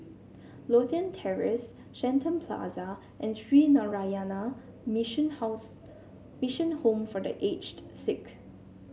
Lothian Terrace Shenton Plaza and Sree Narayana Mission house Mission Home for The Aged Sick